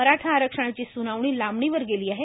मराठा आरक्षणाची सूनावणी लांबणीवर गेली आहे